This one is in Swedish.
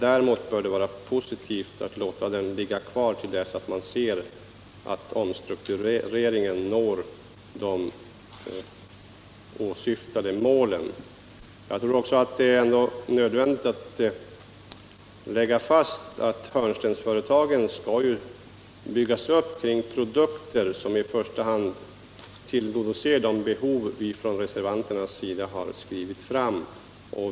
Däremot bör det vara positivt att låta dem vara kvar till dess man ser att omstruktureringen når de åsyftade målen. Det är nödvändigt att lägga fast att hörnstensföretagen skall byggas upp kring produkter som tillgodoser de behov vi reservanter har skrivit fram.